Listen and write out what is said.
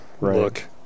look